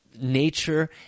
nature